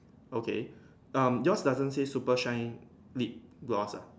okay um yours doesn't say super shine lip gloss ah